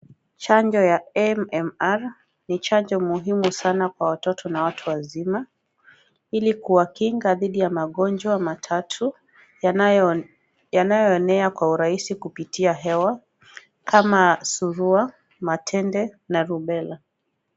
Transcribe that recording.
Chanjo ya MMR ni chanjo muhimu sana kwa watoto na watu wazima, ili kuwakinga dhidi ya magonjwa matatu yanayoenea kwa urahisi kupitia hewa kama Surua, Matende na Rubella.